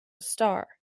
starr